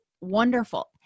wonderful